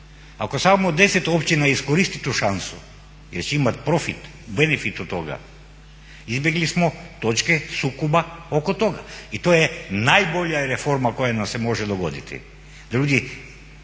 ako samo 10 općina iskoristi tu šansu jer će imati profit, benefit od toga, izbjegli smo točke sukoba oko toga. I to je najbolja reforma koja nam se može dogoditi. Jer ljudi